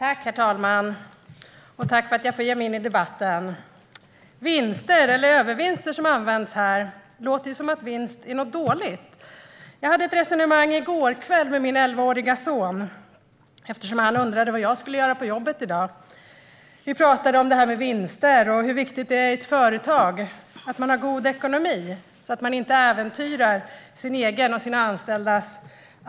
Herr talman! Tack för att jag får ge mig in i debatten! Det låter som att vinster, eller övervinster som används här, är något dåligt. Jag hade ett resonemang i går kväll med min elvaårige son, eftersom han undrade vad jag skulle göra på jobbet i dag. Vi pratade om vinster och hur viktigt det är i ett företag att ha god ekonomi så att man inte äventyrar arbete och ekonomi för sig själv och sina anställda.